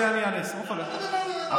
שנייה, עוד מעט, למה אתה מתחיל עם הדבר הזה?